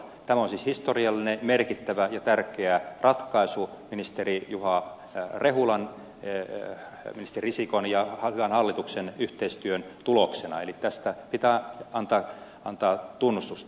tämä on siis historiallinen merkittävä ja tärkeä ratkaisu ministeri juha rehulan ministeri risikon ja hallituksen hyvän yhteistyön tuloksena eli tästä pitää antaa tunnustusta